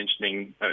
mentioning